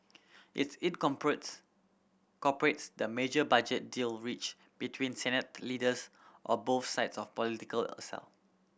its incorporates corporate's the major budget deal reach between Senate leaders or both sides of political aisle